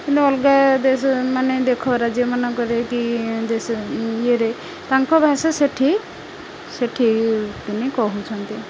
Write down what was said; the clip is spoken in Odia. କିନ୍ତୁ ଅଲଗା ଦେଶ ମାନେ ଦେଖ ରାଜ୍ୟମାନଙ୍କରେ କି ଦେଶ ଇଏରେ ତାଙ୍କ ଭାଷା ସେଠି ସେଠି ପିନି କହୁଛନ୍ତି